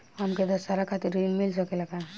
हमके दशहारा खातिर ऋण मिल सकेला का?